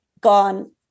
gone